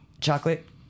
chocolate